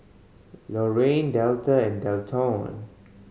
Lorrayne Delta and Delton